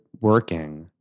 working